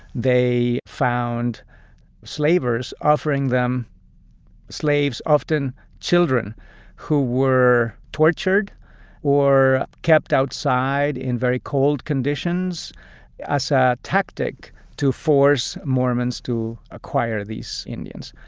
they found slavers offering them slaves, often children who were tortured or kept outside in very cold conditions as ah a tactic to force mormons to acquire these indians.